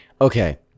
Okay